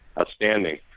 outstanding